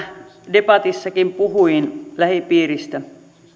debatissakin puhuin lähipiiristäni